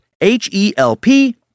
H-E-L-P